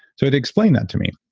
so it'd explain that to me,